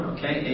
Okay